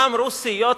מה אמרו סיעות